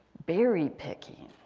berry picking.